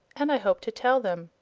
and i hope to tell them,